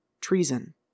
Treason